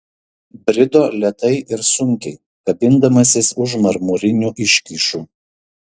brido lėtai ir sunkiai kabindamasis už marmurinių iškyšų